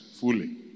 fully